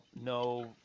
no